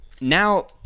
now